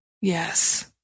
Yes